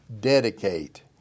dedicate